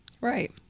Right